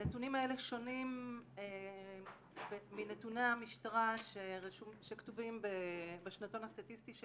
הנתונים האלה שונים מנתוני המשטרה שכתובים בשנתון הסטטיסטי של